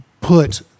put